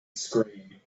scream